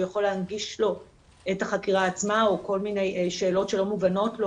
הוא יכול להנגיש לו את החקירה עצמה או כל מיני שאלות שלא מובנות לו